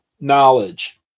knowledge